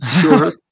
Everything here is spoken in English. Sure